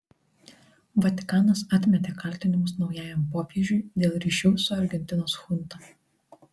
vatikanas atmetė kaltinimus naujajam popiežiui dėl ryšių su argentinos chunta